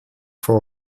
far